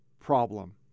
problem